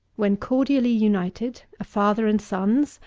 when cordially united, a father and sons,